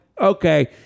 okay